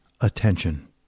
attention